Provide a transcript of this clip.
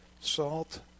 salt